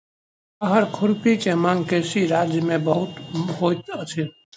हअर खुरपी के मांग कृषि राज्य में बहुत होइत अछि